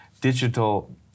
digital